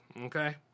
okay